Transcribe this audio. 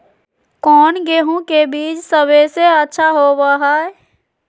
कौन गेंहू के बीज सबेसे अच्छा होबो हाय?